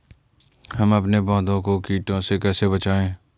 हम अपने पौधों को कीटों से कैसे बचाएं?